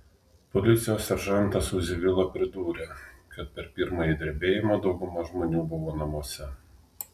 policijos seržantas uzi vila pridūrė kad per pirmąjį drebėjimą dauguma žmonių buvo namuose